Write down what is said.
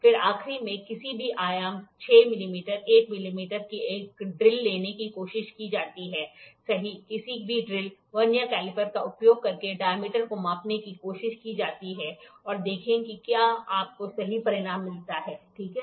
फिर आखिरी में किसी भी आयाम 6 मिलीमीटर 8 मिलीमीटर की एक ड्रिल लेने की कोशिश की जाती है सही किसी भी ड्रिल वर्नियर कैलिपर का उपयोग करके डायमीटर को मापने की कोशिश की जाती है और देखें कि क्या आपको सही परिणाम मिलता है ठीक है